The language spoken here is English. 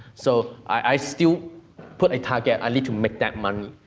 so i still put a target, i need to make that money,